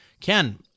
Ken